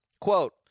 Quote